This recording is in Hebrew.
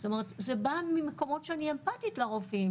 זאת אומרת זה בא ממקורות שאני אמפתית לרופאים,